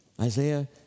Isaiah